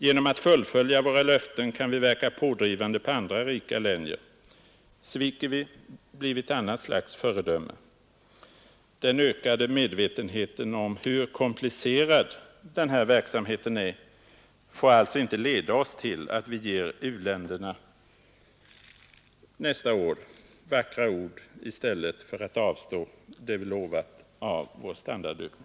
Genom att fullfölja våra löften kan vi verka pådrivande på andra rika länder. Sviker vi, blir vi ett annat slags föredöme. Den ökade medvetenheten om hur komplicerad biståndsverksamheten är får alltså inte leda oss till att vi nästa år ger u-länderna vackra ord i stället för att avstå från det vi lovat av vår standardökning.